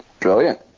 Brilliant